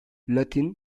latin